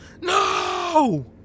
No